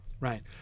Right